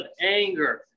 anger